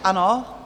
Ano.